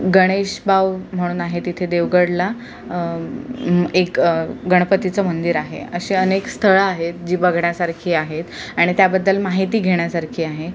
गणेशबाव म्हणून आहे तिथे देवगडला एक गणपतीचं मंदिर आहे अशी अनेक स्थळं आहेत जी बघण्यासारखी आहेत आणि त्याबद्दल माहिती घेण्यासारखी आहे